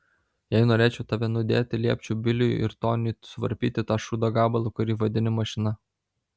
jei norėčiau tave nudėti liepčiau biliui ir toniui suvarpyti tą šūdo gabalą kurį vadini mašina